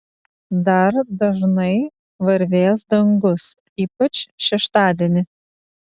dar dažnai varvės dangus ypač šeštadienį